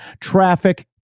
traffic